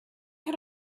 had